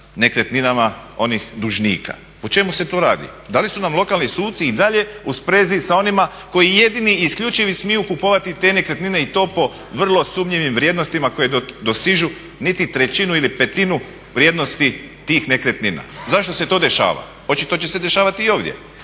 nekretninama onih dužnika. O čemu se tu radi? Da li su nam lokalni suci i dalje u sprezi sa onima koji jedini i isključivi smiju kupovati te nekretnine i to po vrlo sumnjivim vrijednostima koje dosižu niti trećinu ili petinu vrijednosti tih nekretnina. Zašto se to dešava? Očito će se dešavati i ovdje.